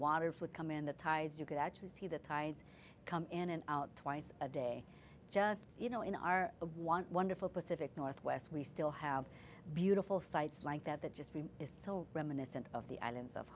waters would come in the tides you could actually see the tides come in and out twice a day just you know in our want wonderful pacific northwest we still have beautiful sights like that that just is still reminiscent of the islands of